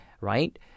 right